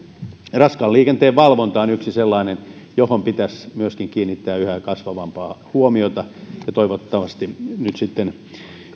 raskaan liikenteen valvonta on yksi sellainen johon pitäisi myöskin kiinnittää yhä kasvavampaa huomiota ja toivottavasti nyt sitten